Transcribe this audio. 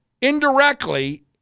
indirectly